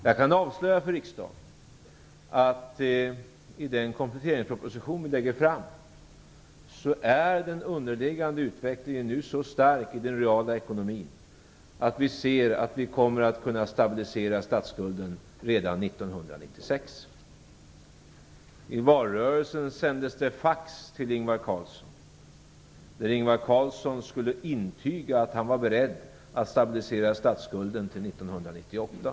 Jag kan avslöja för riksdagen att i den kompletteringsproposition som vi skall lägga fram är den underliggande utvecklingen i den reala ekonomin nu så stark att vi ser att vi kommer att kunna stabilisera statsskulden redan 1996. I valrörelsen sändes det fax till Ingvar Carlsson. Ingvar Carlsson skulle intyga att han var beredd att stabilisera statsskulden till 1998.